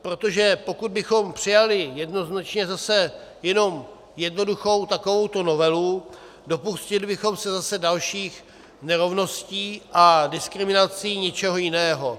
Protože pokud bychom přijali jednoznačně zase jenom jednoduchou takovouto novelu, dopustili bychom se zase dalších nerovností a diskriminací něčeho jiného.